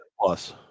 Plus